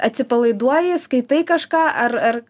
atsipalaiduoji skaitai kažką ar ar